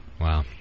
Wow